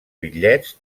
bitllets